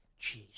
Jeez